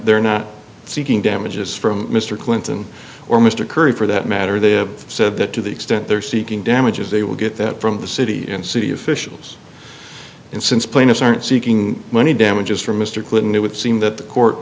they're not seeking damages from mr clinton or mr curry for that matter they have said that to the extent they're seeking damages they will get that from the city and city officials and since plaintiffs aren't seeking money damages from mr clinton it would seem that the court